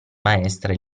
maestra